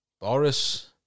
Boris